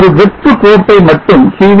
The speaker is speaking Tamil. ஒரு வெற்றுக் கோப்பை மட்டும் pv